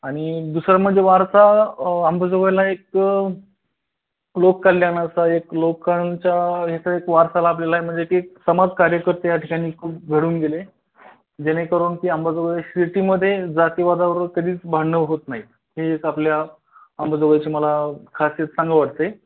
आणि दुसरं म्हणजे वारसा आंबाजोबाळला एक लोककल्याणाचा एक लोकांच्या याचा एक वारसा लाभलेला आहे म्हणजे की एक समाज कार्यकर्ते या ठिकाणी खूप घडून गेले जेणेकरून की आंबाजोगाई शिटीमध्ये जातीवादावर कधीच भांडणं होत नाहीत हे एक आपल्या आंबेजोगाईची मला खासियत सांगावी वाटते